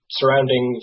surrounding